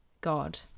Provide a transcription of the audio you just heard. God